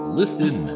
listen